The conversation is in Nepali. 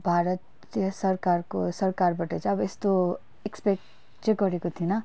भारतीय सरकारको सरकारबट चाहिँ अब यस्तो एक्सपेक्ट चाहिँ गरेको थिइनँ